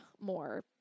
more